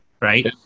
right